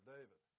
David